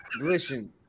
listen